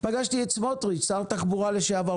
פגשתי את סמוטריץ', שר התחבורה לשעבר.